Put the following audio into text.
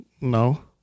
No